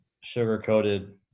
sugar-coated